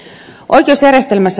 arvoisa puhemies